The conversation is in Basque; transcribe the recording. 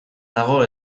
dago